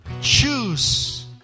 choose